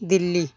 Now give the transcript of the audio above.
Delhi